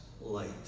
light